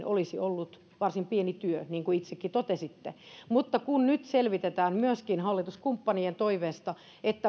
olisi ollut varsin pieni työ niin kuin itsekin totesitte mutta nyt selvitetään myös hallituskumppanien toiveesta